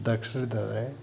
ದಕ್ಷ್ರೂ ಇದ್ದಾರೆ